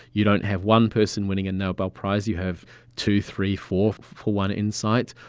you don't have one person winning a nobel prize, you have two, three, four for one insight.